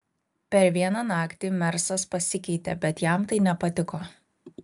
per vieną naktį mersas pasikeitė bet jam tai nepatiko